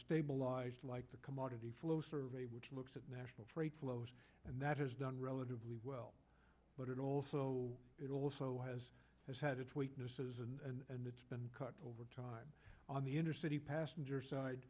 stabilized like the commodity flow survey which looks at national trade flows and that has done relatively well but it also it also has has had its weaknesses and it's been cut over time on the inner city passenger side